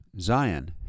Zion